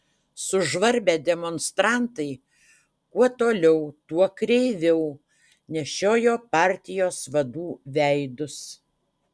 sužvarbę demonstrantai kuo toliau tuo kreiviau nešiojo partijos vadų veidus